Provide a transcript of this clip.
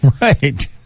right